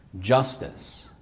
justice